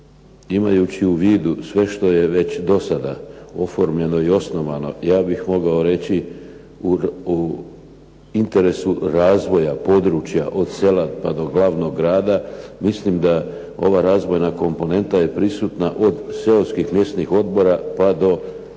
imajući u vidu sve što je već do sada oformljeno i osnovano ja bih mogao reći u interesu razvoja područja od sela pa do glavnog grada, mislim da ova razvojna komponenta je prisutna od seoskih mjesnih odbora, pa do držane